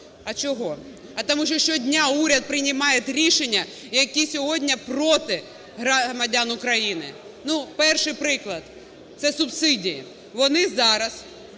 А чого? А тому що щодня уряд приймає рішення, які сьогодні проти громадян України. Перший приклад – це субсидії. Вони зараз